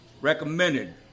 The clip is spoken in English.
recommended